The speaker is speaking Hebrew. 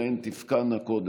כיוון שהן תפקענה קודם,